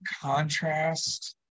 contrast